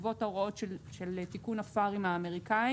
בעקבות ההוראות של תיקון ה-FAR האמריקאי